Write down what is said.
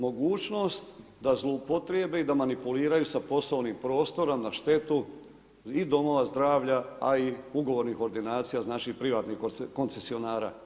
Mogućnost da zloupotrijebe i da manipuliraju sa poslovnim prostorom na štetu i domova zdravlja, a i ugovornih ordinacija iz naših privatnih koncesionara.